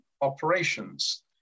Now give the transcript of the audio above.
operations